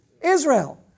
Israel